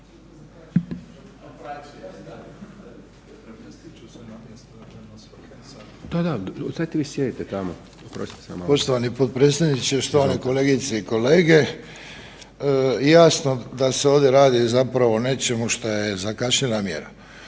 Poštovani potpredsjedniče, štovane kolegice i kolege. Jasno da se ovdje radi zapravo o nečemu što je zakašnjela mjera.